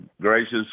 gracious